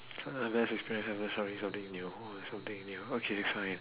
tell us the best experience after trying something new oh something new okay fine